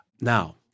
Now